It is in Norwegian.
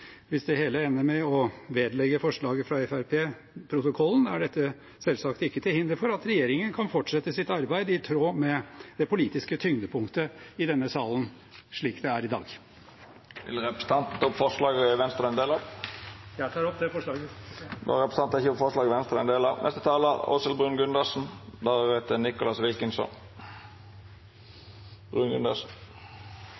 Hvis det hele ender med å vedlegge forslaget fra Fremskrittspartiet protokollen, er dette selvsagt ikke til hinder for at regjeringen kan fortsette sitt arbeid i tråd med det politiske tyngdepunktet i denne salen, slik det er i dag. Jeg tar opp det forslaget Venstre er en del av. Representanten Carl-Erik Grimstad har teke opp det forslaget han refererte til. Denne saken er et direkte lovforslag framsatt av